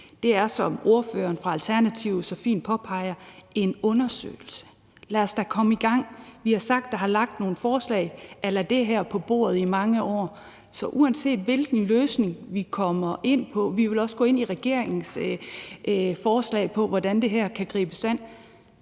her er, som ordføreren for Alternativet så fint påpeger, et forslag om en undersøgelse. Lad os da komme i gang. Vi har sagt det og har lagt nogle forslag a la det her på bordet i mange år. Så uanset hvilken løsning vi kommer ind på – vi vil også gå ind i regeringens forslag om, hvordan det her kan gribes an